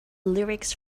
lyrics